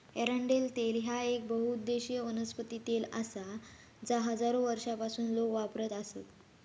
एरंडेल तेल ह्या येक बहुउद्देशीय वनस्पती तेल आसा जा हजारो वर्षांपासून लोक वापरत आसत